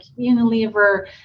Unilever